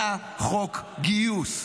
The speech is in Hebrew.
היה חוק גיוס.